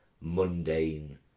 mundane